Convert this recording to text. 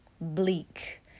bleak